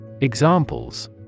Examples